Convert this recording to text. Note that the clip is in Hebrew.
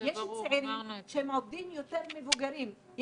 יש צעירים שעובדים יותר ממבוגרים,